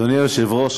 אדוני היושב-ראש,